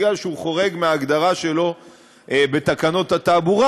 הוא חורג מההגדרה שלו בתקנות התעבורה,